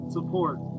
Support